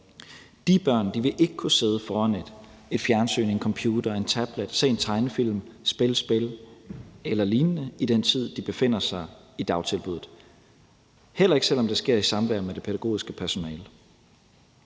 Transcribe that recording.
ikke vil kunne sidde foran et fjernsyn, en computer eller en tablet og se en tegnefilm og spille et spil eller lignende i den tid, de befinder sig i dagtilbuddet, heller ikke selv om det sker i samvær med det pædagogiske personale.